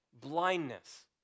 blindness